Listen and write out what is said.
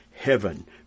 heaven